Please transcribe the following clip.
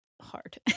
hard